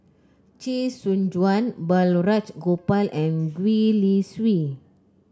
Chee Soon Juan Balraj Gopal and Gwee Li Sui